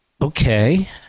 Okay